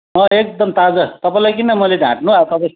अँ एकदम ताजा तपाईँलाई किन मैले ढाट्नु अब तपाईँ